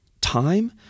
Time